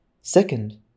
Second